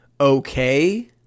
okay